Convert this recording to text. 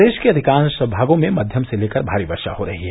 प्रदेश के अधिकांश भागों में मध्यम से लेकर भारी वर्श हो रही है